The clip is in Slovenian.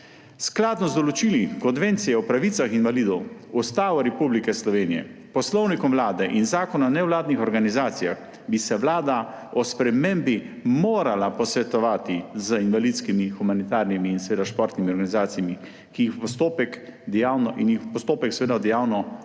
Skladno z določili Konvencije o pravicah invalidov, Ustavo Republike Slovenije, Poslovnikom Vlade Republike Slovenije in Zakona o nevladnih organizacijah bi se Vlada o spremembi morala posvetovati z invalidskimi, humanitarnimi in seveda športnimi organizacijami in jih v postopek dejavno vključiti.